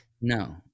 No